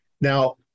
Now